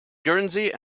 guernsey